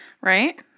right